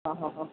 हां हां हां